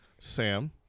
Sam